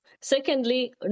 Secondly